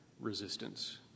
resistance